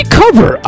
cover